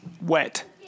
Wet